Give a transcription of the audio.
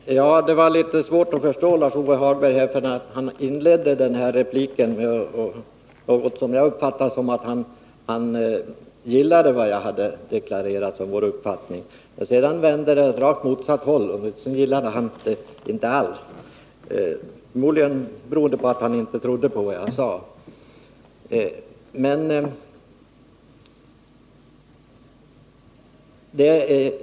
Fru talman! Det är litet svårt att förstå Lars-Ove Hagberg. Som jag uppfattade det inledde han sin replik med att säga att han gillade vad jag deklarerat om vår uppfattning. Sedan vände det åt rakt motsatt håll, och då gillade han det inte alls, förmodligen beroende på att han inte trodde på vad jag sade.